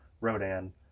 Rodan